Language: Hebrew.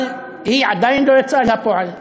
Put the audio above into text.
אבל היא עדיין לא יצאה אל הפועל.